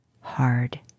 hard